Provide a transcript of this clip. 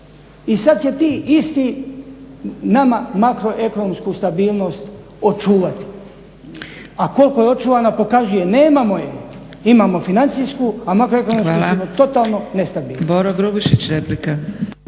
I sad će ti isti nama makroekonomsku stabilnost očuvati, a kolko je očuvana. Nemamo je. Imamo financijsku a makroekonomsku smo totalno nestabilni.